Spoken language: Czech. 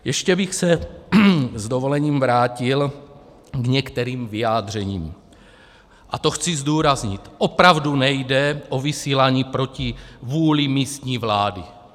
Ještě bych se s dovolením vrátil k některým vyjádřením, a to chci zdůraznit opravdu nejde o vysílání proti vůli místní vlády.